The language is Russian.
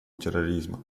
терроризма